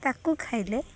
ତାକୁ ଖାଇଲେ